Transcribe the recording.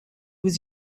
was